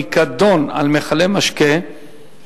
והיא הצעת חוק הפיקדון על מכלי משקה (תיקון מס'